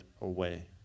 away